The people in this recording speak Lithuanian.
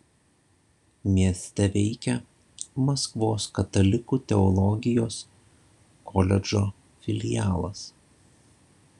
mieste veikia maskvos katalikų teologijos koledžo filialas